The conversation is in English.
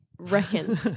Reckon